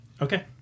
okay